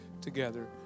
together